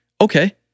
Okay